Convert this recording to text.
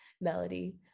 melody